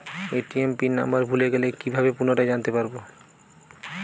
ATM pin number ভুলে গেলে কি ভাবে পুনরায় জানতে পারবো?